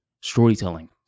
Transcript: storytelling